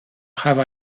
have